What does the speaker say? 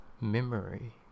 memory